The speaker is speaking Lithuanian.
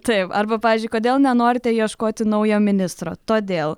taip arba pavyzdžiui kodėl nenorite ieškoti naujo ministro todėl